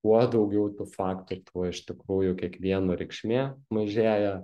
kuo daugiau tų faktų tuo iš tikrųjų kiekvieno reikšmė mažėja